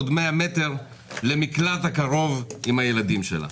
עוד 100 מטרים למקלט הקרוב עם הילדים שלה.